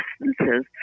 distances